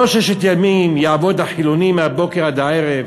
לא 'ששת ימים יעבוד החילוני מהבוקר עד הערב'.